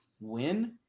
win